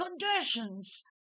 conditions